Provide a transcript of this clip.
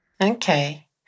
Okay